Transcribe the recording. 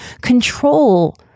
control